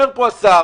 אומר פה השר